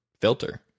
Filter